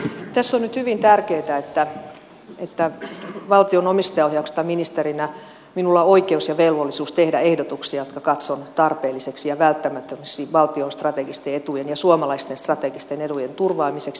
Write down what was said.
tässä on nyt hyvin tärkeätä että valtion omistajaohjauksesta vastaavana ministerinä minulla on oikeus ja velvollisuus tehdä ehdotuksia jotka katson tarpeellisiksi ja välttämättömiksi valtion strategisten etujen ja suomalaisten strategisten etujen turvaamiseksi